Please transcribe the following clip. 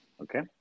Okay